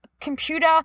computer